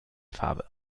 farbe